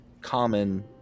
common